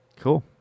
Cool